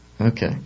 Okay